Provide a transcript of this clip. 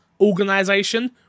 organization